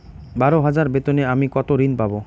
বারো হাজার বেতনে আমি কত ঋন পাব?